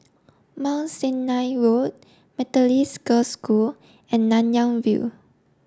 Mount Sinai Road Methodist Girls' School and Nanyang View